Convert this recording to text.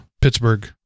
pittsburgh